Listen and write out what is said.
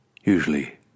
usually